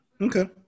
Okay